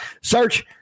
Search